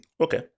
Okay